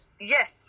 yes